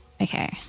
Okay